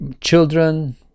children